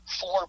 four